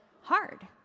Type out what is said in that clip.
Hard